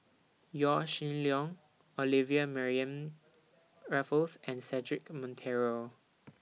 Yaw Shin Leong Olivia Mariamne Raffles and Cedric Monteiro